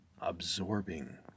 absorbing